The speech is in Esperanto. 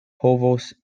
povos